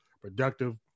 productive